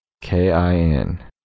K-I-N